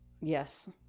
Yes